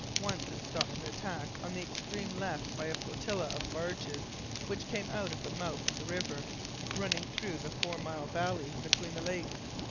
once it stopped an attack on the extreme left by a flotilla of barges which came out of the mouth of the river running through the four-mile valley between the lakes.